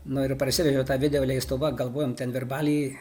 nu ir parsivežiau tą video leistuvą galvojom ten virbaly